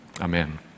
Amen